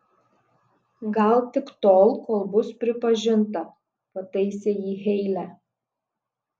gal tik tol kol bus pripažinta pataisė jį heile